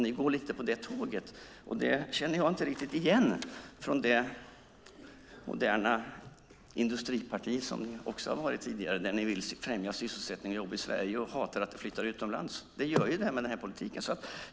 Ni går lite på det tåget, och det känner jag inte riktigt igen från det moderna industriparti som Socialdemokraterna har varit tidigare. Då ville ni främja sysselsättning och jobb i Sverige och hatade att det flyttar utomlands. Det gör det med denna politik.